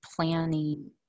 planning